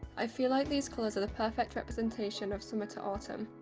i feel like these colours are the perfect representation of summer to autumn,